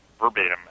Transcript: verbatim